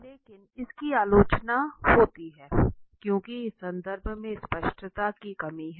लेकिन इसकी आलोचना होती है क्योंकि इस संदर्भ में स्पष्टता की कमी है